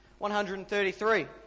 133